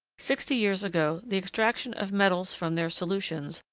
sixty years ago, the extraction of metals from their solutions,